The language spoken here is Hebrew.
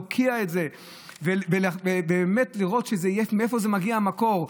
להוקיע את זה ובאמת לראות מאיפה מגיע המקור,